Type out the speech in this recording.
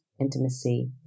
intimacy